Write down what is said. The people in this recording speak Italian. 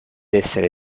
essere